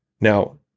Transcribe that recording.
Now